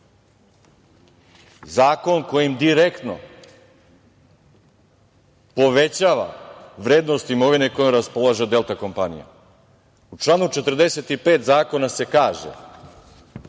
zakon kojim direktno povećava vrednost imovine kojom raspolaže „Delta kompanija“.U članu 45. zakona se kaže